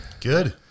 Good